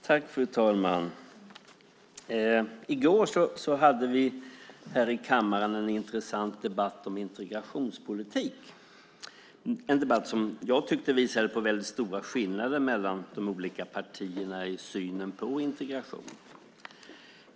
Fru talman! I går hade vi i kammaren en intressant debatt om integrationspolitik. Det var en debatt som jag tyckte visade på stora skillnader mellan de olika partierna i synen på integration.